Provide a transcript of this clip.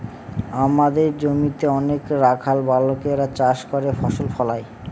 আমাদের জমিতে অনেক রাখাল বালকেরা চাষ করে ফসল ফলায়